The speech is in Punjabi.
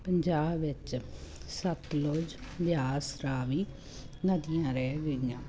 ਪੰਜਾਬ ਵਿੱਚ ਸਤਲੁਜ ਬਿਆਸ ਰਾਵੀ ਨਦੀਆਂ ਰਹਿ ਗਈਆਂ